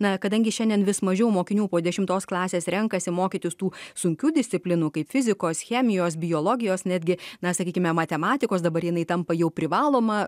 na kadangi šiandien vis mažiau mokinių po dešimtos klasės renkasi mokytis tų sunkių disciplinų kaip fizikos chemijos biologijos netgi na sakykime matematikos dabar jinai tampa jau privaloma